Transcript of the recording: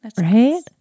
Right